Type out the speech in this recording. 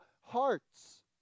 hearts